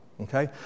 Okay